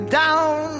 down